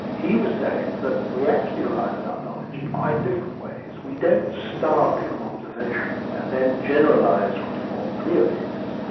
he was saying that we actually arrive at our knowledge in quite different ways. we don't start from observation and then generalise from observation to form theories.